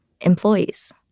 employees